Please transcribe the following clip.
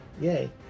yay